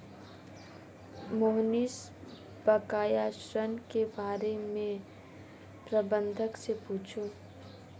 मोहनीश बकाया ऋण के बारे में प्रबंधक से पूछा